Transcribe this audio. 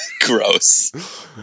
gross